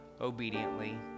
obediently